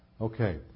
Okay